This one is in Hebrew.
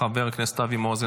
חבר הכנסת אבי מעוז,